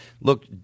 look –